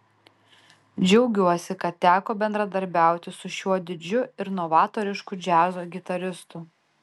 džiaugiuosi kad teko bendradarbiauti su šiuo didžiu ir novatorišku džiazo gitaristu